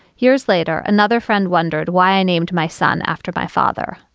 years later, another friend wondered why i named my son after my father.